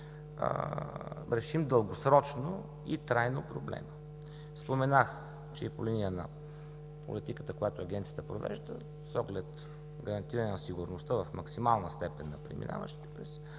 решим дългосрочно и трайно проблема. Споменах, че и по линия на политиката, която Агенцията провежда, с оглед гарантиране на сигурността в максимална степен на премиващите през